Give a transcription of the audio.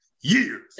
years